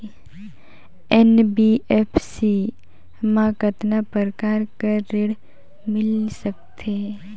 NBFC मा कतना प्रकार कर ऋण मिल सकथे?